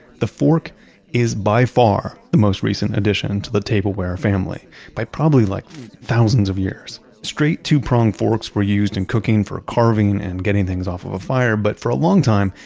the fork is by far the most recent addition to the tableware family by probably like thousands of years. straight, two-prong forks were used in cooking for carving and getting things off a fire, but for a long time,